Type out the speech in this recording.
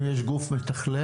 אם יש גוף מתכלל,